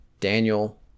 Daniel